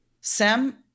Sam